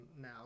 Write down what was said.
now